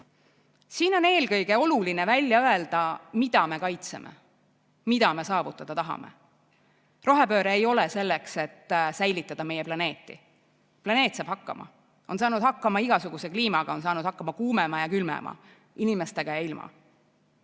Siin on eelkõige oluline välja öelda, mida me kaitseme, mida me saavutada tahame. Rohepööre ei ole selleks, et säilitada meie planeeti. Planeet saab hakkama. Ta on saanud hakkama igasuguse kliimaga, on saanud hakkama kuumema ja külmema kliimaga, inimestega ja ilma.